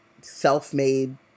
self-made